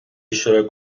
اشتراک